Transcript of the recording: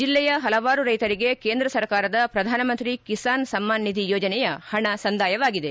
ಜಿಲ್ಲೆಯ ಪಲವಾರು ರೈತರಿಗೆ ಕೇಂದ್ರ ಸರ್ಕಾರದ ಪ್ರಧಾನಮಂತ್ರಿ ಕಿಸಾನ್ ಸಮ್ನಾನ್ ನಿಧಿ ಯೋಜನೆಯ ಪಣ ಸಂದಾಯವಾಗಿದೆ